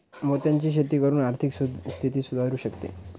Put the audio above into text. मोत्यांची शेती करून आर्थिक स्थिती सुधारु शकते